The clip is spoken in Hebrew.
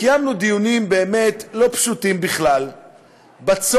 קיימנו דיונים באמת לא פשוטים בכלל בצורך